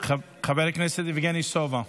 חבר הכנסת יבגני סובה,